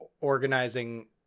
Organizing